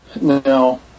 Now